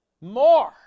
More